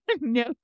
No